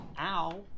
Ow